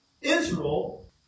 Israel